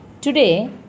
Today